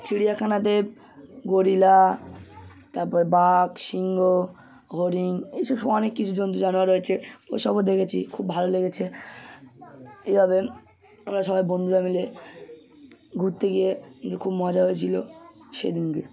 চিড়িয়াখানাতে gorilla তারপর বাঘ সিংহ হরিণ এই সব সব অনেক কিছু জন্তু জানোয়ার রয়েছে ওই সবও দেখেছি খুব ভালো লেগেছে এইভাবে আমরা সবাই বন্ধুরা মিলে ঘুরতে গিয়ে খুব মজা হয়েছিল সেই দিনকে